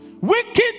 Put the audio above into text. Wicked